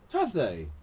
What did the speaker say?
have they?